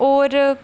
और